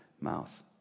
mouth